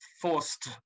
forced